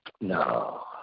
no